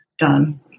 Done